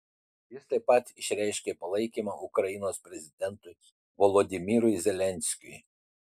jis taip pat išreiškė palaikymą ukrainos prezidentui volodymyrui zelenskiui